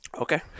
okay